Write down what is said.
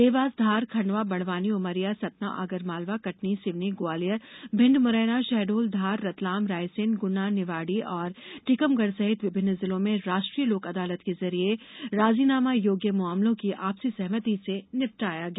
देवास धार खंडवा बड़वानी उमरिया सतना आगरमालवा कटनी सिवनी ग्वालियर भिंड मुरैना शहडोल धार रतलाम रायसेन गुना निवाड़ी और टीकमगढ़ सहित विभिन्न जिलों में राष्ट्रीय लोक अदालत के जरिए राजीनामा योग्य मामलों को आपसी सहमति से निपटाया गया